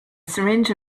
syringe